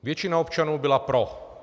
Většina občanů byla pro.